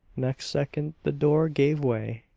next second the door gave way,